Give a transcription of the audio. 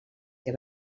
que